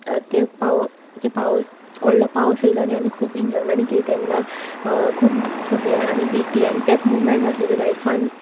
ते पावस ते पावस व्हडलो पावस येयलो आनी आमी खूब एन्जॉयमेंट केली तेन्ना खूब सगलीं जाणांनी बिजली आनी तेत मुवमेंट आसलले लायफान खूब